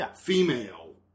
female